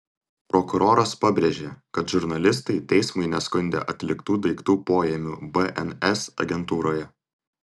prokuroras pabrėžė kad žurnalistai teismui neskundė atliktų daiktų poėmių bns agentūroje